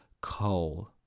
coal